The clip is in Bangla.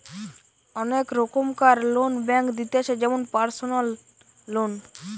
অনেক রোকমকার লোন ব্যাঙ্ক দিতেছে যেমন পারসনাল লোন